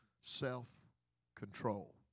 Self-control